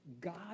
God